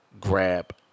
grab